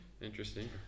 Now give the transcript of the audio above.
Interesting